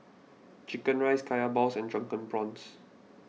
Chicken Rice Kaya Balls and Drunken Prawns